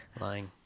lying